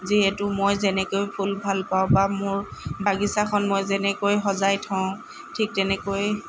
যিহেতু মই যেনেকৈ ফুল ভাল পাওঁ বা মোৰ বাগিচাখন মই যেনেকৈ সজাই থওঁ ঠিক তেনেকৈয়ে